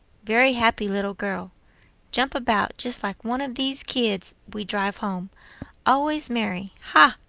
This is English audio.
very happy little girl jump about just like one of these kids we drive home always merry. hah!